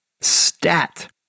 Stat